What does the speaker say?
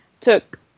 took